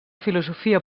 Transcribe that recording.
filosofia